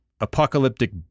apocalyptic